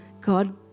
God